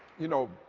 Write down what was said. you know,